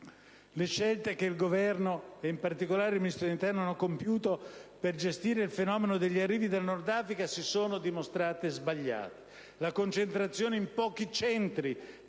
Le scelte che il Governo, e in particolare il Ministro dell'interno, hanno compiuto per gestire il fenomeno degli arrivi dal Nord Africa, si sono dimostrate sbagliate. La concentrazione in pochi Centri